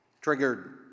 triggered